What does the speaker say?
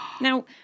Now